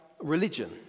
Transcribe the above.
religion